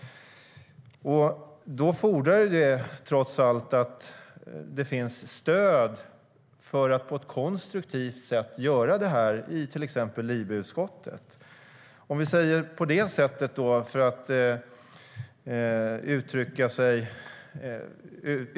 Det fordrar trots allt att det finns stöd för att på ett konstruktivt sätt göra detta i till exempel LIBE-utskottet.